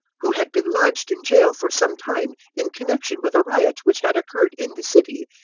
who had been lodged in jail for some time in connexion with a riot which had occurred in the city,